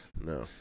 No